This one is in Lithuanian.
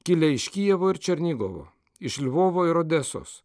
kilę iš kijevo ir černigovo iš lvovo ir odesos